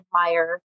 admire